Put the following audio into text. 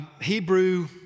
Hebrew